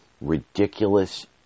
ridiculous